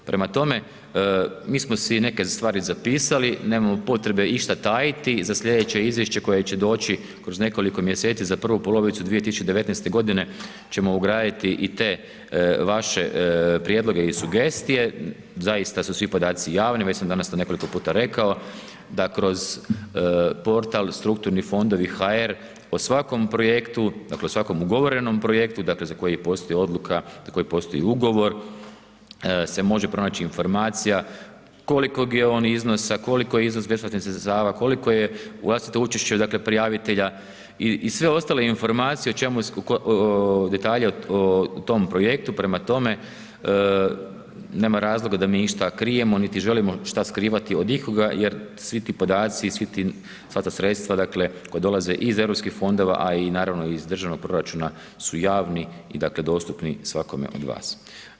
Prema tome, mi smo si neke stvari zapisali, nemamo potrebe išta tajiti, za slijedeće izvješće koje će doći kroz nekoliko mjeseci, za prvu polovicu 2019.g. ćemo ugraditi i te vaše prijedloge i sugestije, zaista su svi podaci javni, već sam danas to nekoliko puta rekao da kroz portal strukturnifondovi.hr o svakom projektu, dakle, o svakom ugovorenom projektu, dakle, za koji postoji odluka, za koji postoji ugovor, se može pronaći informacija kolikog je on iznosa, koliko je iznos bespovratnih sredstava, koliko je vlastito učešće, dakle, prijavitelja i sve ostale informacije o čemu, detalje o tom projektu, prema tome, nema razloga da mi išta krijemo, niti želimo šta skrivati od ikoga jer svi ti podaci i sva ta sredstva, dakle, koja dolaze iz Europskih fondova, a i naravno i iz državnog proračuna, su javni i dakle, dostupni svakome od vas.